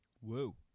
Whoa